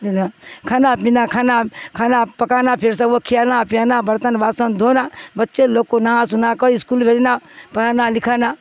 کھانا پینا کھانا کھانا پکانا پھر سب وہ کھیینا پیینا برتن باسن دھونا بچے لوگ کو نہا سناا کر اسکول بھیجنا پڑھانا لکھانا